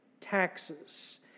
taxes